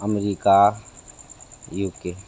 America UK